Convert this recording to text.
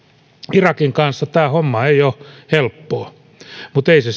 irakin kanssa tämä homma ei ole helppoa mutta ei se